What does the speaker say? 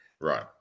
Right